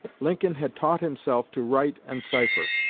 lincoln had taught himself to write and cipher.